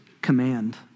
command